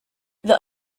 the